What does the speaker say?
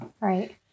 Right